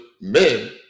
men